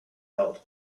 help